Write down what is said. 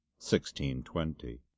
1620